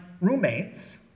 roommates